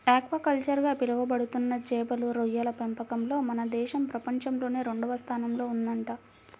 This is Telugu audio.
ఆక్వాకల్చర్ గా పిలవబడుతున్న చేపలు, రొయ్యల పెంపకంలో మన దేశం ప్రపంచంలోనే రెండవ స్థానంలో ఉందంట